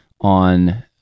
on